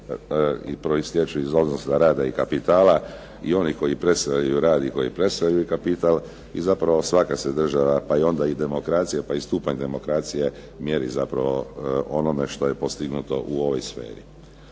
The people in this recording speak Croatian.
proistječu iz odnosa rada i kapitala i oni koji predstavljaju rad i koji predstavljaju kapital i zapravo svaka se država pa onda i demokracija i stupanj demokracije mjeri zapravo onome što je postignuto u ovoj sferi.